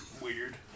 weird